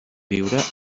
viure